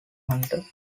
hunter